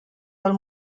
del